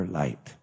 light